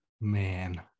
man